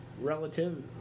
relative